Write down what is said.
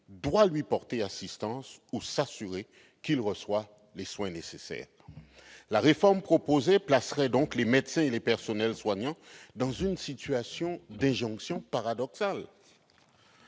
doit lui porter assistance ou s'assurer qu'il reçoit les soins nécessaires. » La réforme proposée placerait donc les médecins et les personnels soignants face à une injonction paradoxale,